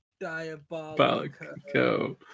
Diabolico